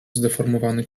zdeformowany